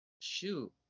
shoot